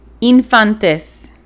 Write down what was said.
infantes